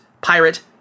pirate